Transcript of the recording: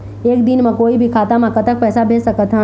एक दिन म कोई भी खाता मा कतक पैसा भेज सकत हन?